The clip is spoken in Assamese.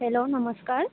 হেল্ল' নমস্কাৰ